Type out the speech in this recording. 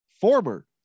former